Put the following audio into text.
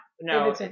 no